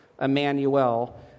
emmanuel